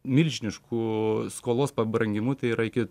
milžinišku skolos pabrangimu tai yra iki